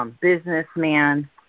Businessman